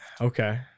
Okay